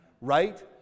Right